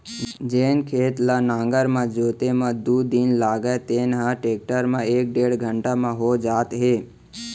जेन खेत ल नांगर म जोते म दू दिन लागय तेन ह टेक्टर म एक डेढ़ घंटा म हो जात हे